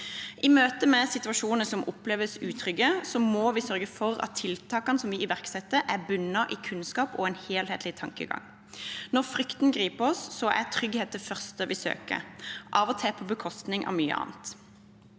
I møte med situasjoner som oppleves utrygge, må vi sørge for at tiltakene vi iverksetter, er bunnet i kunnskap og en helhetlig tankegang. Når frykten griper oss, er trygghet det første vi søker, av og til på bekostning av mye annet.